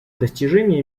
достижении